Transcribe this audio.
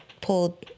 pulled